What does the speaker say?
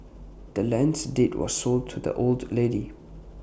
the land's deed was sold to the old lady